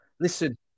Listen